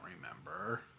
remember